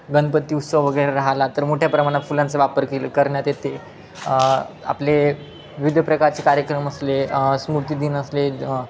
गणपती उत्सव वगैरे राहिला तर मोठ्या प्रमाणात फुलांचा वापर केले करण्यात येते आपले विविध प्रकारचे कार्यक्रम असले स्मृतीदिन असले